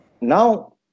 now